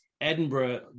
Edinburgh